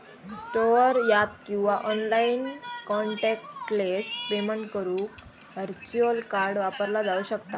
store यात किंवा online contactless payment करुक व्हर्च्युअल कार्ड वापरला जाऊ शकता